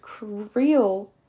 real